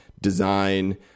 design